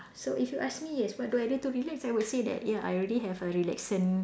so if you ask me yes what do I do to relax I would say that ya I already have a relaxant